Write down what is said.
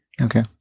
Okay